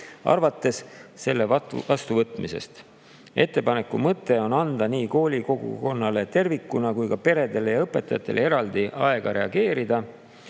arvates selle vastuvõtmisest. Ettepaneku mõte on anda nii koolikogukonnale tervikuna kui ka peredele ja õpetajatele eraldi aega reageerida.